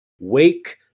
Wake